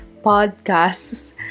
podcasts